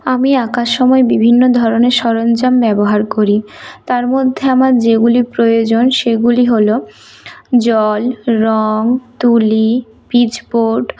আমি আঁকার সময় বিভিন্ন ধরনের সরঞ্জাম ব্যবহার করি তার মধ্যে আমার যেগুলি প্রয়োজন সেগুলি হলো জল রঙ তুলি পিচ বোর্ড